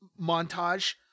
montage